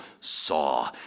saw